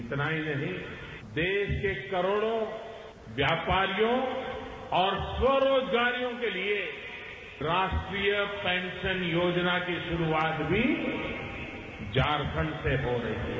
इतना ही नहीं देश के करोड़ों व्यापारियों और स्वरोजगारियों के लिए राष्ट्रीय पेंशन योजना की शुरूआत भी झारखंड से हो रही है